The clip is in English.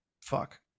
Fuck